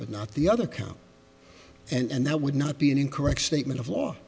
but not the other count and that would not be an incorrect statement of